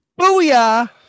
booyah